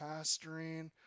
pastoring